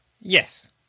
Yes